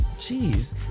Jeez